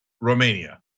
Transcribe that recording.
Romania